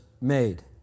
made